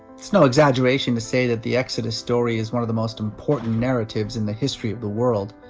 it's no exaggeration to say that the exodus story is one of the most important narratives in the history of the world.